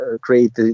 create